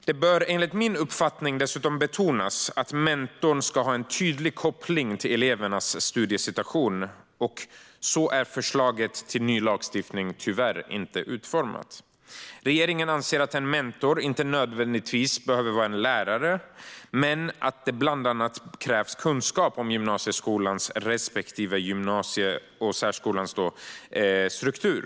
Det bör enligt min uppfattning dessutom betonas att mentorn ska ha en tydlig koppling till elevernas studiesituation. Så är förslaget till ny lagstiftning tyvärr inte utformat. Regeringen anser att en mentor inte nödvändigtvis behöver vara en lärare men att det bland annat krävs kunskap om gymnasieskolans respektive gymnasiesärskolans struktur.